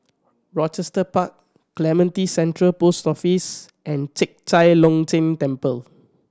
Rochester Park Clementi Central Post Office and Chek Chai Long Chuen Temple